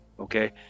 Okay